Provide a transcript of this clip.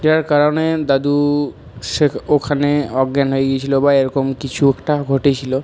যার কারণে দাদু ওখানে অজ্ঞান হয়ে গিয়েছিলো বা এরকম কিছু একটা ঘটেছিলো